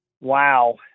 wow